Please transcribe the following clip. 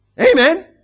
Amen